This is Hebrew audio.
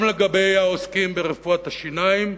גם לגבי העוסקים ברפואת השיניים,